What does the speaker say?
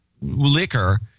liquor